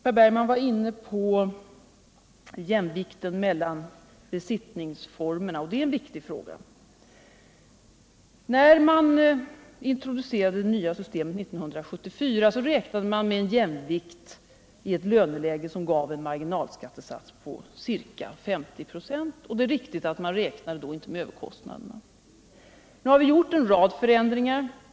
Per Bergman var inne på frågan om jämvikten mellan besittningsformerna, och den frågan är viktig. När det nya systemet introducerades 1974 räknade man med en jämvikt vid ett löneläge som gav en marginalskattesats på ca 50 26. Det är riktigt som Per Bergman sade, att man då inte räknade med överkostnaderna. Regeringen har i det här avseendet infört en rad förändringar.